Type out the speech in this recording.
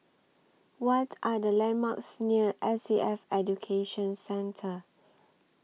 What Are The landmarks near S A F Education Centre